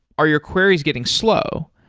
are your queries getting slow?